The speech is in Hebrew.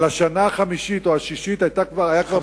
על השנה החמישית או השישית כבר היה בג"ץ.